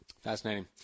Fascinating